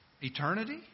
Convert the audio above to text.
eternity